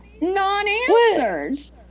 non-answers